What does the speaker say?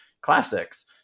classics